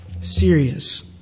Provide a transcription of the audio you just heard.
serious